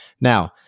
Now